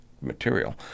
material